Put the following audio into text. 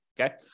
okay